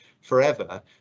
forever